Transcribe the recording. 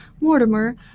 Mortimer